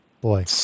Boy